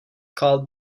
called